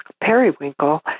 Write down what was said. periwinkle